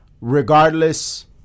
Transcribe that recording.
regardless